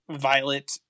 violet